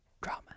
drama